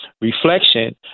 Reflection